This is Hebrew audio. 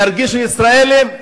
ירגישו ישראלים,